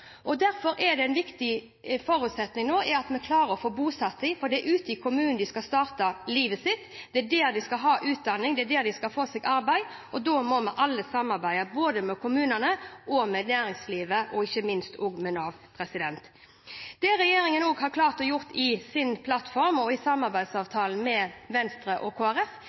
Derfor er det nå en viktig forutsetning at vi klarer å få bosatt dem, for det er ute i kommunene de skal starte livet sitt – det er der de skal ta utdanning, det er der de skal få seg arbeid. Da må vi alle samarbeide, både kommunene, næringslivet og ikke minst Nav. Det regjeringen også har klart å få med i sin plattform – og i samarbeidsavtalen med Venstre og